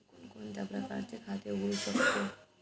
मी कोणकोणत्या प्रकारचे खाते उघडू शकतो?